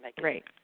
Right